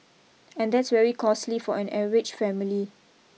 and that's very costly for an average family